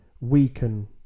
weaken